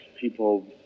people